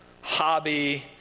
hobby